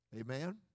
Amen